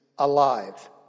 Alive